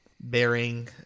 bearing